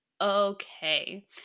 Okay